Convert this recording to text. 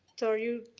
so are you.